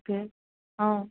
okay অঁ